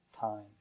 time